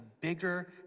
bigger